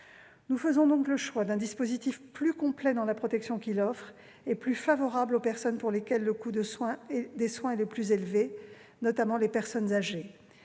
Nous faisons donc le choix d'un dispositif plus complet dans la protection qu'il offre, et plus favorable aux personnes pour lesquelles le coût des soins est le plus élevé, notamment les personnes âgées